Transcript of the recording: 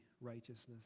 righteousness